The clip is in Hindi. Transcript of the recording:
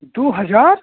दो हज़ार